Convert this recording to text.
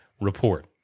Report